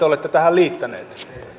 olette tähän liittänyt